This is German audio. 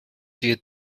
wir